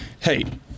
Hey